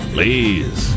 Please